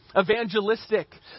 evangelistic